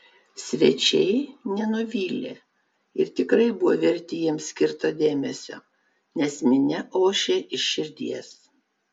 svečiai nenuvylė ir tikrai buvo verti jiems skirto dėmesio nes minia ošė iš širdies